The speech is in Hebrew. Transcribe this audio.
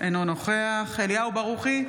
אינו נוכח אליהו ברוכי,